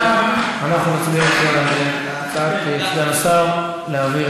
אנחנו נצביע על הצעת סגן השר להעביר